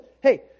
hey